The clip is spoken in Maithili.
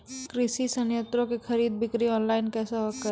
कृषि संयंत्रों की खरीद बिक्री ऑनलाइन कैसे करे?